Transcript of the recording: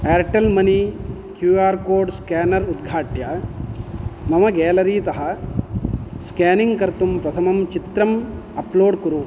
Airtel money Q R code scanner उद्घाट्य मम gallery तः स्कानिङ् कर्तुं प्रथमं चित्रम् अप्लोड् कुरु